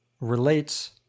relates